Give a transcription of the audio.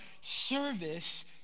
service